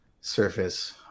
surface